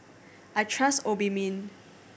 I trust Obimin